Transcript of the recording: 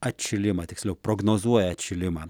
atšilimą tiksliau prognozuoja atšilimą